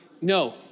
no